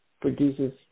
produces